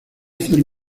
hacer